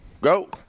go